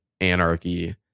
anarchy